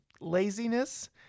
laziness